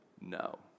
No